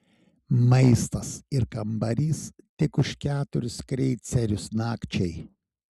maistas ir kambarys tik už keturis kreicerius nakčiai